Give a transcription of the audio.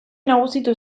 nagusitu